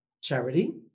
charity